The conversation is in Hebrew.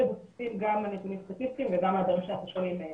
מבוססים גם על נתונים סטטיסטיים וגם על דברים שאנחנו שומעים מהם.